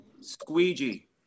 squeegee